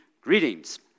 greetings